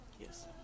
yes